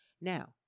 Now